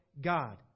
God